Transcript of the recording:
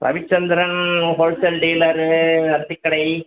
Ravichandran hotel dealer Athikkadai